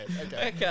Okay